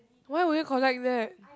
why would you collect that